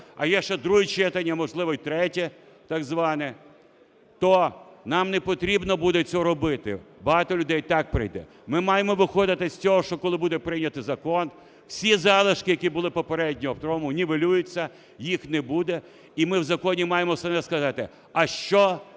а є ще друге читання, можливо і третє так зване, то нам не потрібно буде цього робити, багато людей і так прийде. Ми маємо виходити з цього, що коли буде прийнятий закон, всі залишки, які були попередньо в тому, нівелюються, їх не буде. І ми в законі маємо основне сказати, а що